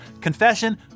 confession